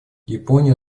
япония